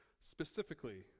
specifically